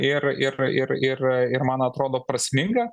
ir ir ir ir ir man atrodo prasminga